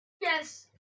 Yes